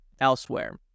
elsewhere